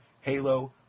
Halo